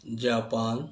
Japan